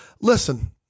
Listen